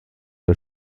der